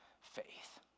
faith